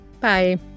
Bye